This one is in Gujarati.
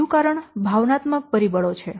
બીજું કારણ ભાવનાત્મક પરિબળો છે